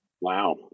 Wow